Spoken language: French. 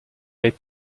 est